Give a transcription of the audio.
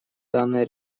данное